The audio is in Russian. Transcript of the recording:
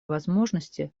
возможности